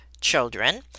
children